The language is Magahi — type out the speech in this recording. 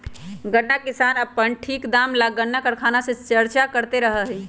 गन्ना किसान अपन ठीक दाम ला गन्ना कारखाना से चर्चा करते रहा हई